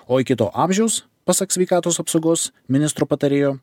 o iki to amžiaus pasak sveikatos apsaugos ministro patarėjo